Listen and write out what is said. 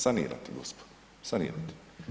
Sanirati, gospodo, sanirati.